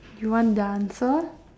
you want the answer